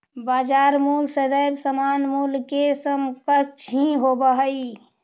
बाजार मूल्य सदैव सामान्य मूल्य के समकक्ष ही होवऽ हइ